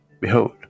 Behold